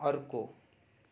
अर्को